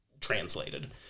translated